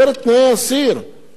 אני יכול למנות פה עשרות דוגמאות